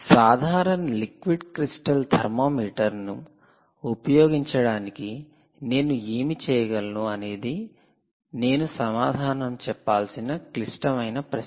సాధారణ liquid crystal thermometer ను ఉపయోగించడానికి నేను ఏమి చేయగలను అనేది నేను సమాధానం చెప్పాల్సిన క్లిష్టమైన ప్రశ్న